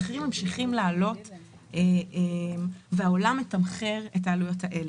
המחירים ממשיכים לעלות והעולם מתמחר את העלויות האלה.